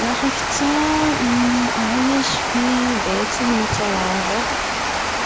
رح اختار إنه اعيش في بيتي المتواضع.